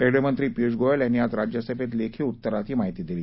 रेल्वेमंत्री पीयूष गोयल यांनी आज राज्यसभेत लेखी उत्तरात ही माहिती दिली